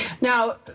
Now